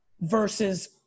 versus